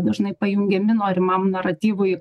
dažnai pajungiami norimam naratyvui